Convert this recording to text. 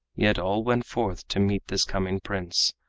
yet all went forth to meet this coming prince,